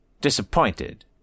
Disappointed